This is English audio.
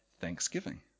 thanksgiving